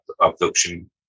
abduction